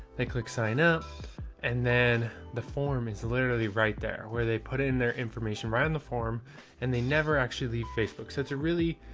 they click sign up and then the form is literally right there where they put in their information right on the form and they never actually leave facebook. so it's a really,